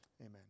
Amen